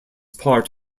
part